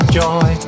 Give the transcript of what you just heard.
joy